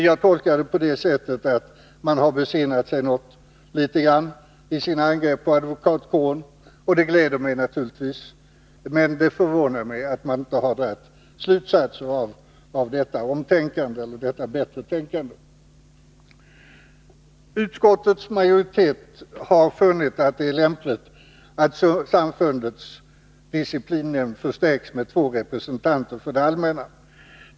Det tolkar jag på det sättet att man besinnat sig litet grandi sina angrepp på advokatkåren. Detta gläder mig naturligtvis, men det förvånar mig att man inte har dragit slutsatser av detta bättre tänkande. Utskottets majoritet har funnit att det är lämpligt att samfundets disciplinnämnd förstärks med två representanter för det allmänna.